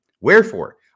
Wherefore